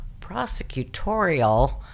prosecutorial